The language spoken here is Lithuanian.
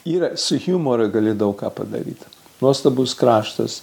yra su humoru gali daug ką padaryti nuostabus kraštas